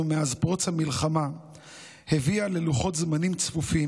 מאז פרוץ המלחמה הביאה ללוחות זמנים צפופים,